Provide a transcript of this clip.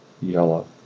Yellow